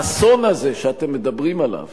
האסון הזה שאתם מדברים עליו